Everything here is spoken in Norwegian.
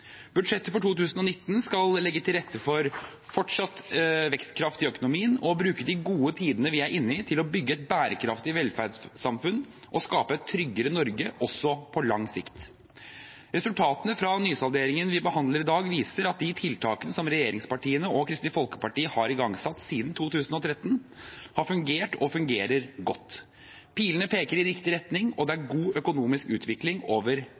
Budsjettet for 2019 skal legge til rette for fortsatt vekstkraft i økonomien og bruke de gode tidene vi er inne i, til å bygge et bærekraftig velferdssamfunn og skape et tryggere Norge også på lang sikt. Resultatene fra nysalderingen vi behandler i dag, viser at de tiltakene som regjeringspartiene og Kristelig Folkeparti har igangsatt siden 2013, har fungert og fungerer godt. Pilene peker i riktig retning, og det er god økonomisk utvikling over